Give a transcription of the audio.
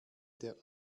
der